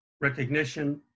recognition